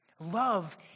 Love